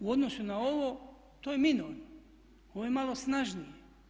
U odnosu na ovo to je minorno, ovo je malo snažnije.